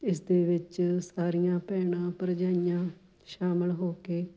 ਇਸਦੇ ਵਿੱਚ ਸਾਰੀਆਂ ਭੈਣਾਂ ਭਰਜਾਈਆਂ ਸ਼ਾਮਿਲ ਹੋ ਕੇ